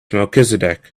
melchizedek